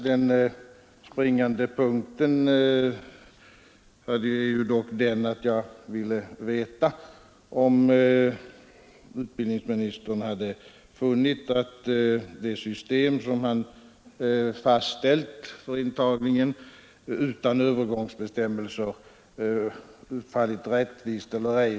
Den springande punkten är dock den att jag ville veta om utbildningsministern hade funnit att det system som han fastställt för intagningen utan övergångsbestämmelser utfallit rättvist eller ej.